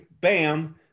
bam